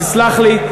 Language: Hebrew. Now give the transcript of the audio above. תסלח לי,